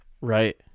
Right